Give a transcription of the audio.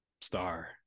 star